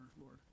Lord